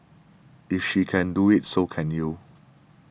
if she can do it so can you